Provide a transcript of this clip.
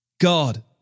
God